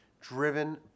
driven